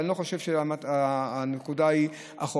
אבל אני לא חושב שהנקודה היא החוק.